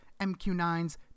MQ-9s